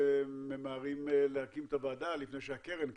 ממהרים להקים את הוועדה לפני שהקרן קמה.